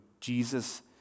Jesus